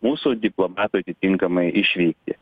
mūsų diplomatui atitinkamai išvykti